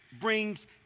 brings